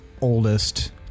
oldest